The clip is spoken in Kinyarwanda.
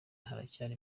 haracyari